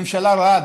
ממשלה רעה,